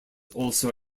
also